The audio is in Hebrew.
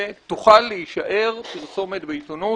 שתוכל להישאר פרסומת בעיתונות.